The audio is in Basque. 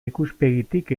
ikuspegitik